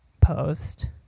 post